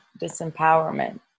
disempowerment